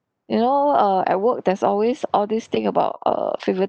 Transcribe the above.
you know uh at work there's always all this thing about uh favouritism